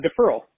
deferral